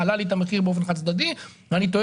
מעלה לי את המחיר באופן חד צדדי ואני טוען